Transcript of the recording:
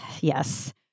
yes